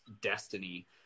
destiny